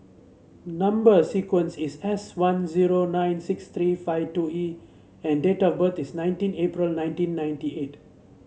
number sequence is S one zero nine six three five two E and date of birth is nineteen April nineteen ninety eight